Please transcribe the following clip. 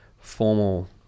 Formal